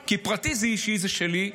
כי פרטי זה אישי, זה שלי.